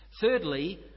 Thirdly